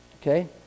Okay